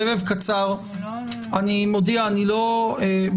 סבב קצר לכל ארגון.